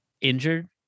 injured